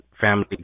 family